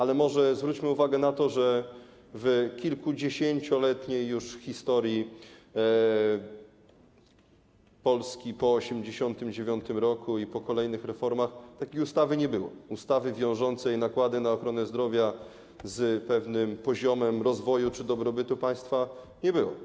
Ale może zwróćmy uwagę na to, że w kilkudziesięcioletniej już historii Polski po 1989 r. i po kolejnych reformach takiej ustawy nie było, ustawy wiążącej nakłady na ochronę zdrowia z pewnym poziomem rozwoju czy dobrobytu państwa nie było.